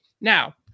Now